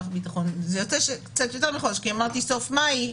זה יוצא קצת יותר מחודש, כי אמרתי סוף מאי.